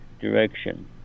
direction